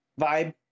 vibe